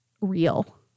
real